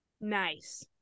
Nice